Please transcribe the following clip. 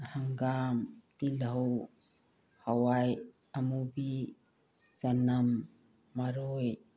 ꯍꯪꯒꯥꯝ ꯇꯤꯜꯍꯧ ꯍꯋꯥꯏ ꯑꯃꯨꯕꯤ ꯆꯅꯝ ꯃꯔꯣꯏ